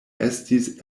estis